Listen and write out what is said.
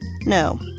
No